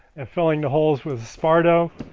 and filling the holes with esparto.